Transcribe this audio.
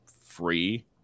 free